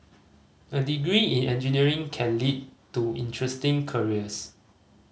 a degree in engineering can lead to interesting careers